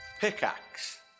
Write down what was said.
Pickaxe